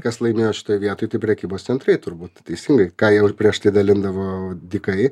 kas laimėjo šitoj vietoj prekybos centrai turbūt teisingai ką jau ir prieš tai dalindavo dykai